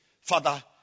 Father